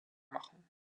machen